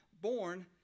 born